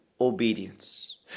obedience